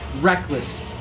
reckless